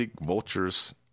vultures